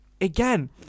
again